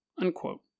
unquote